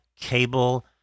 cable